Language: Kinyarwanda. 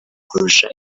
kurusha